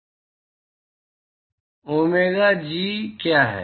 डोमेगा जी क्या है